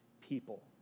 people